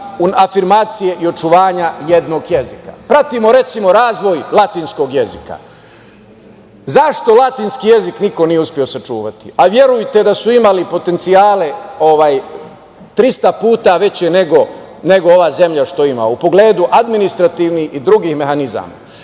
i očuvanja jednog jezika. Recimo, pratimo razvoj latinskog jezika. Zašto latinski jezik niko nije uspeo sačuvati, a verujte da su imali potencijale 300 puta veće nego ova zemlja što ima, u pogledu administrativnih i drugih mehanizama?